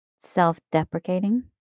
self-deprecating